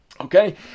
Okay